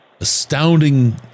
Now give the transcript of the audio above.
astounding